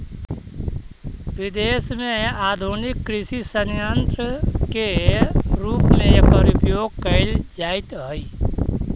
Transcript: विदेश में आधुनिक कृषि सन्यन्त्र के रूप में एकर उपयोग कैल जाइत हई